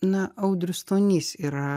na audrius stonys yra